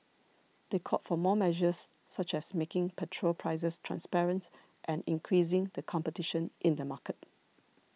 they called for more measures such as making petrol prices transparent and increasing the competition in the market